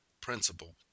principle